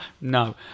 No